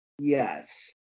Yes